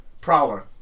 Prowler